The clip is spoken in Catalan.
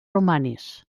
romanes